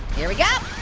here we go, aw,